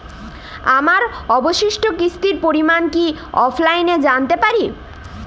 আমার অবশিষ্ট কিস্তির পরিমাণ কি অফলাইনে জানতে পারি?